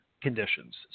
conditions